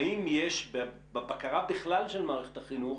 האם יש בבקרה בכלל של מערכת החינוך